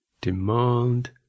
demand